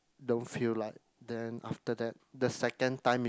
don't feel like then after that the second time is